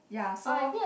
ya so